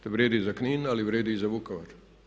To vrijedi za Knin ali vrijedi i za Vukovar.